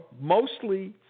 mostly